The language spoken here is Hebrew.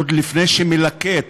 עוד לפני שמלקט